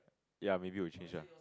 ya maybe will change lah